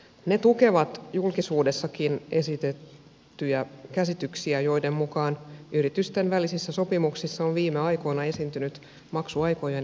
ne tukevat julkisuudessakin esitettyjä käsityksiä joiden mukaan yritysten välisissä sopimuksissa on viime aikoina esiintynyt maksuaikojen pidentymistä